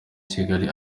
kigali